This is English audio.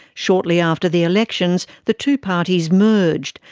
shortly after the elections, the two parties merged,